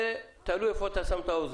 תודה.